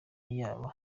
yaba